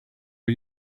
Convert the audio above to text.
are